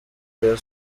rayon